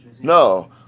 No